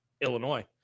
Illinois